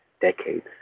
decades